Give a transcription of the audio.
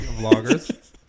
Vloggers